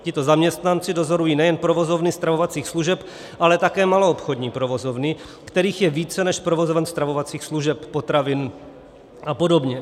Tito zaměstnanci dozorují nejen provozovny stravovacích služeb, ale také maloobchodní provozovny, kterých je více než provozoven stravovacích služeb, potravin a podobně.